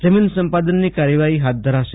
જમીન સંપાદનની કાર્યવાહી હાથ ધરાશે